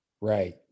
Right